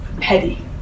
Petty